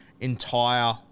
entire